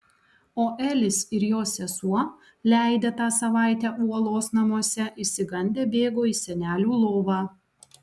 o elis ir jo sesuo leidę tą savaitę uolos namuose išsigandę bėgo į senelių lovą